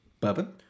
Bourbon